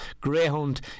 greyhound